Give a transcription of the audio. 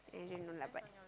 I don't know lah but